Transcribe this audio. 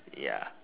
ya